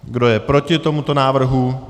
Kdo je proti tomuto návrhu?